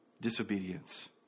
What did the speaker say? disobedience